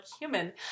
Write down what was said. human